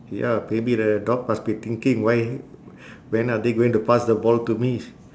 ya maybe the dog must be thinking why when are they going to pass the ball to me